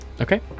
okay